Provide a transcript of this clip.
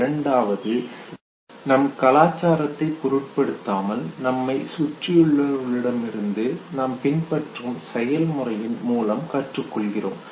இரண்டாவதாக நம் கலாச்சாரத்தைப் பொருட்படுத்தாமல் நம்மைச் சுற்றியுள்ளவர்களிடமிருந்து நாம் பின்பற்றும் செயல்முறையின் மூலம் கற்றுக்கொள்கிறோம்